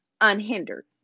unhindered